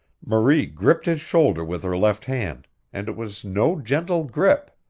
marie gripped his shoulder with her left hand and it was no gentle grip.